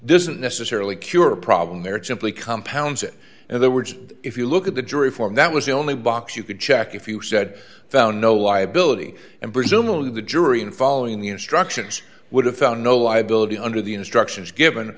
there isn't necessarily cure a problem there chimbley compounds it in other words if you look at the jury form that was the only box you could check if you said found no liability and presumably the jury in following the instructions would have found no liability under the instructions given